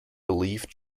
believed